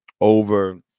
over